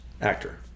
Actor